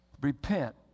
Repent